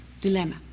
dilemma